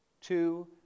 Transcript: two